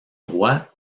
droit